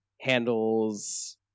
handles